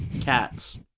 Cats